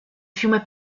fiume